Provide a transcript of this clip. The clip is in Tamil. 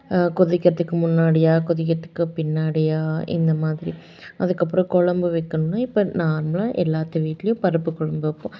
கொதிக்கிறதுக்கு முன்னாடியா கொதிக்கிறதுக்கு பின்னாடியா இந்த மாதிரி அதுக்கப்பறம் கொழம்பு வைக்கணும்னா இப்போ நார்மலாக எல்லாத்து வீட்லேயும் பருப்பு கொழம்பு வைப்போம்